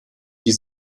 die